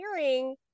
hearing